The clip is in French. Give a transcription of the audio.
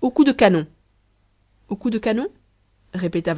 au coup de canon au coup de canon répéta